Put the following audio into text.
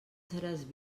seràs